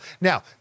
Now